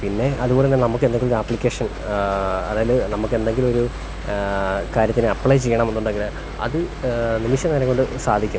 പിന്നെ അതുപോലെത്തന്നെ നമക്കെന്തെങ്കിലുമൊരു ആപ്ലിക്കേഷൻ അതായത് നമുക്കെന്തെങ്കിലുമൊരു കാര്യത്തിന് അപ്ലൈ ചെയ്യണമെന്നുണ്ടെങ്കിൽ അത് നിമിഷനേരം കൊണ്ട് സാധിക്കും